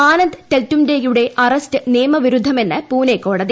ആനന്ദ് ടെൽടുംബടെ യുടെ അറസ്റ്റ് നിയമവിരുദ്ധമെന്ന് പൂനെ കോടതി